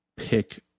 pick